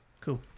Cool